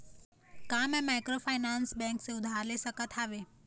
का मैं microfinance bank से उधार ले सकत हावे?